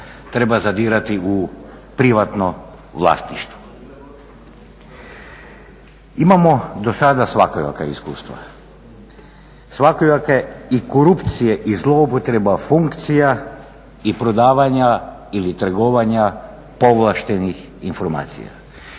treba zadirati u privatno vlasništvo. Imamo do sada svakojaka iskustva, svakojake i korupcije i zlouporaba funkcija i prodavanja ili trgovanja povlaštenih informacija.